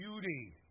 beauty